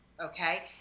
Okay